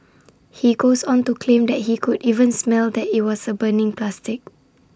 he goes on to claim that he could even smell that IT was A burning plastic